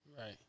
Right